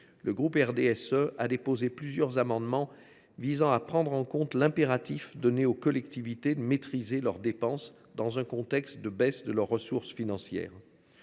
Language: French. Européen a déposé plusieurs amendements visant à prendre en compte l’impératif donné aux collectivités de maîtriser leurs dépenses dans un contexte de baisse de leurs ressources financières.